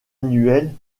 annuelles